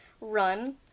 run